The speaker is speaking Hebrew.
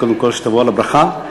קודם כול שתבוא עליו ברכה,